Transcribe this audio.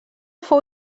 fou